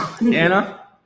Anna